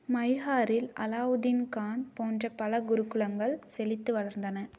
மைஹாரில் அலாவுதீன் கான் போன்ற பல குருகுலங்கள் செழித்து வளர்ந்தன